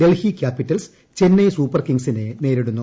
Delhi Capitals Chennai Super കിങ്സിനെ നേരിടുന്നു